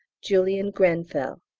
julian grenfell.